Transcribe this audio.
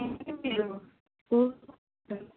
బంతి